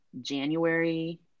January